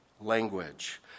language